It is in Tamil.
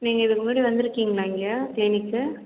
நீங்கள் இதுக்கு முன்னாடி வந்துருக்கீங்களா இங்கே தேனிக்கு